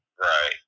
Right